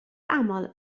aml